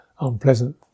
unpleasant